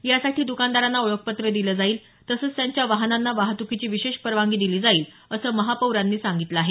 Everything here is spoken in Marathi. यासाठी दुकानदारांना ओळखपत्र दिलं जाईल तसंच त्यांच्या वाहनांना वाहतुकीची विशेष परवानगी दिली जाईल असं महापौरांनी सांगितलं आहे